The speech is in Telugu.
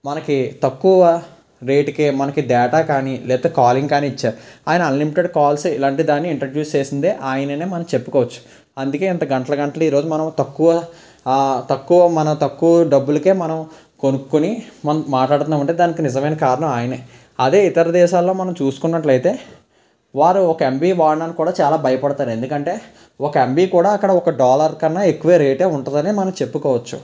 మనకి తక్కువ రేటుకే మనకి డేటా కానీ లేకపోతే కాలింగ్ కానీ ఇచ్చారు ఆయన అన్లిమిటెడ్ కాల్స్ ఇలాంటి దాన్ని ఇంట్రడ్యూస్ చేసిందే ఆయననే మనం చెప్పుకోవచ్చు అందుకే ఇంత గంటల గంటలు ఈరోజు మనం తక్కువ తక్కువ మన తక్కువ డబ్బులకే మనం కొనుక్కొని మనం మాట్లాడుతుంటే దానికి నిజమైన కారణం ఆయనే అదే ఇతర దేశాల్లో మనం చూసుకున్నట్లయితే వారు ఒక ఎంబి వాడడానికి కూడా చాలా భయపడతారు ఎందుకంటే ఒక ఎంబి కూడా అక్కడ ఒక డాలర్ కన్నా ఎక్కువ రేటే ఉంటుంది అని మనం చెప్పుకోవచ్చు